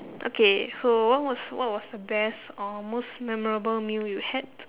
okay so what was what was the best or most memorable meal you had